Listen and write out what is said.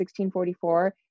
1644